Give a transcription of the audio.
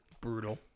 Brutal